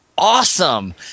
Awesome